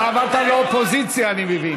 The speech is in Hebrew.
אתה עברת לאופוזיציה אני מבין.